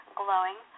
glowing